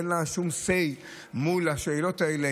אין לה שום say מול השאלות האלה,